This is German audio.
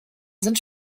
sind